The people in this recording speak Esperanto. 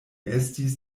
estis